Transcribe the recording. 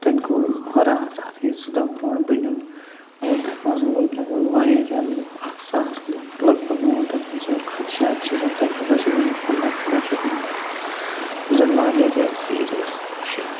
تَتہِ گوٚو راتھ راتھٕے زٕ دۄہ برونٛٹھ بُنُل اور تَتھ منٛز موٗدۍ لَگ بَگ واریاہ لُکھ اَکھ ساس لُکھ لَگ بَگ موٗد تَتھ منٛز اور خدشات چھِ زِ تَتہِ ہسا چھِ ؤنۍ پَنٛداہ شڑاہ شیٚتھ نفر یِم زَنہٕ واریاہ زیادٕ سیٖرَس چھِ